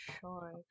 sure